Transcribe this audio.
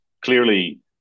clearly